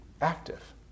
active